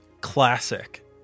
classic